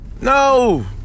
No